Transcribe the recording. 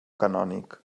canònic